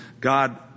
God